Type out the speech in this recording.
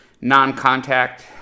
non-contact